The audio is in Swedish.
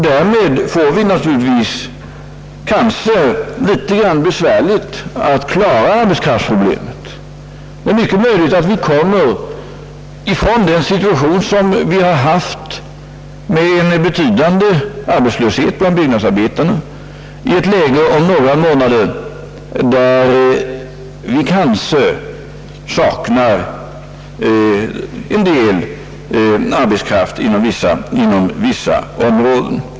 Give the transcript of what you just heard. Därmed kan vi naturligtvis få det i någon mån besvärligt med att klara arbetskraftsproblemet. Det är mycket möjligt att vi kommer ifrån den situation, som vi nu har haft med en betydande arbetslöshet bland byggnadsarbetarna, och om några månader kommer i ett läge där vi kanske saknar arbetskraft inom vissa områden.